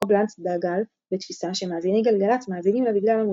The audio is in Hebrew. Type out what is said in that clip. קובלנץ דגל בתפיסה שמאזיני גלגלצ מאזינים לה בגלל המוזיקה,